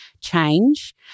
change